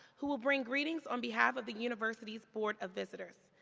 who will bring greetings on behalf of the university's board of visitors.